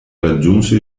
raggiunse